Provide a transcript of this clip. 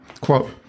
Quote